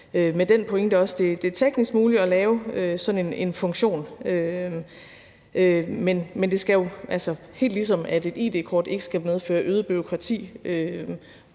Det er teknisk muligt at lave sådan en funktion, men altså, helt ligesom et id-kort ikke skal medføre øget bureaukrati